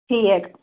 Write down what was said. ٹھیٖک